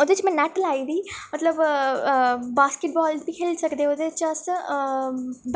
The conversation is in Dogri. ओह्दे च में नैट्ट लाए दी मतलब बास्किट बाल बी खेढी सकदे ओह्दे च अस